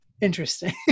interesting